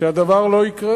שהדבר לא יקרה.